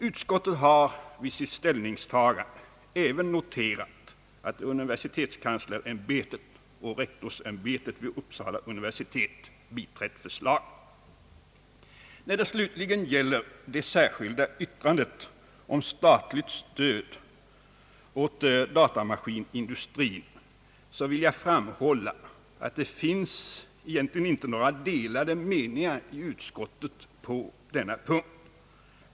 Utskottet har vid sitt ställningstagande även noterat att universitetskanslersämbetet och rektorsämbetet vid Uppsala universitet biträtt förslaget. När det slutligen gäller det särskilda yttrandet om statligt stöd till datamaskinindustrin vill jag framhålla att det egentligen inte finns några delade meningar på denna punkt inom utskot tet.